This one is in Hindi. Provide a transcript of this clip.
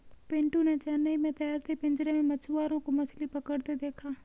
पिंटू ने चेन्नई में तैरते पिंजरे में मछुआरों को मछली पकड़ते देखा